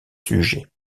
sujets